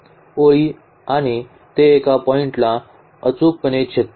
ओळी आणि ते एका पॉईंटला अचूकपणे छेदतात